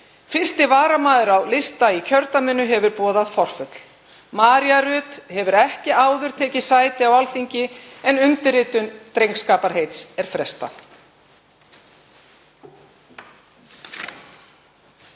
1. varamaður á lista í kjördæminu hefur boðað forföll. María Rut hefur ekki áður tekið sæti á Alþingi en undirritun drengskaparheits er frestað.